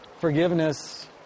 Forgiveness